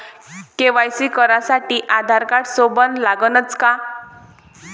KYC करासाठी आधारकार्ड सोबत लागनच का?